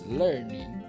learning